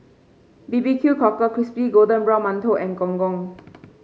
B B Q Cockle Crispy Golden Brown Mantou and Gong Gong